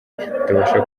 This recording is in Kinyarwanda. batabasha